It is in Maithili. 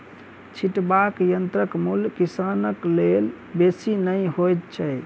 छिटबाक यंत्रक मूल्य किसानक लेल बेसी नै होइत छै